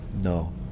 No